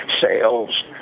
sales